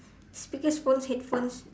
speakers phones headphones